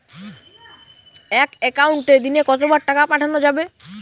এক একাউন্টে দিনে কতবার টাকা পাঠানো যাবে?